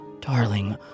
Darling